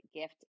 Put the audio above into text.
gift